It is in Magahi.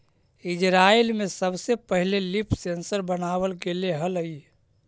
इजरायल में सबसे पहिले लीफ सेंसर बनाबल गेले हलई